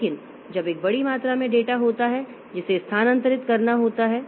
लेकिन जब एक बड़ी मात्रा में डेटा होता है जिसे स्थानांतरित करना होता है